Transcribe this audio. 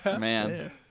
Man